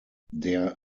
der